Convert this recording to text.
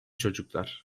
çocuklar